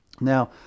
Now